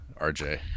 RJ